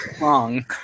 Long